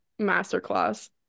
masterclass